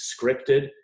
scripted